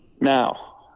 Now